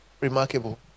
remarkable